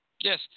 Yes